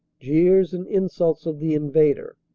jeers and insults of the in vader,